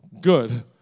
Good